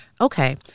Okay